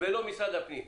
ולא משרד הפנים.